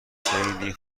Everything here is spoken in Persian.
خیلی